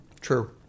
True